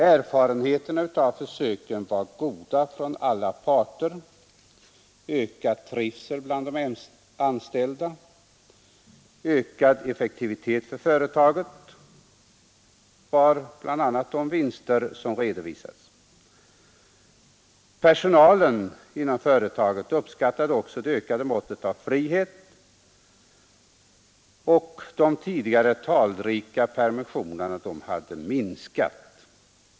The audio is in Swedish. Erfarenheterna av för: goda för alla parter — ökad trivsel bland de anställda, ökad effektivitet för företaget var bl.a. de vinster som redovisades. Personalen inom företaget uppskattade också det ökade måttet av frihet, och de tidigare talrika permissionerna hade minskat.